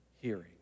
hearing